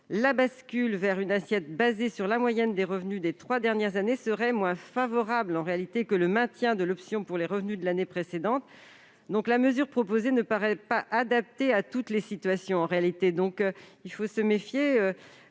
la bascule vers une assiette fondée sur la moyenne des revenus des trois dernières années serait moins favorable que le maintien de l'option pour les revenus de l'année précédente. La mesure proposée ne paraît donc pas adaptée à toutes les situations. Méfions-nous : cette